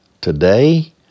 Today